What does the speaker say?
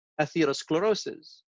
atherosclerosis